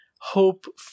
hope